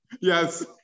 Yes